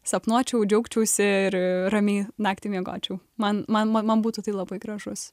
sapnuočiau džiaugčiausi ir ramiai naktį miegočiau man man man būtų tai labai gražus